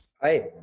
Hi